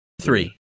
three